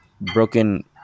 broken